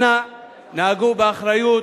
אנא נהגו באחריות,